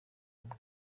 amwe